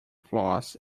floss